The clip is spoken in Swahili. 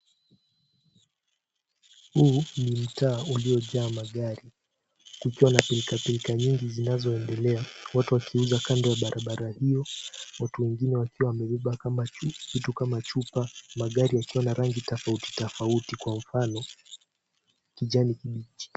Huu ni mtaa uliojaa magari. Kukiwa na pilkapilka nyingi zinazoendelea, watu wakiuza kando ya barabara hiyo, watu wengine wakiwa wamebeba vitu kama chupa, magari yakiwa na rangi tofautitofauti kwa mfano, kijani kibichi.